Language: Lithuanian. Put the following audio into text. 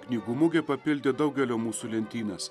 knygų mugė papildė daugelio mūsų lentynas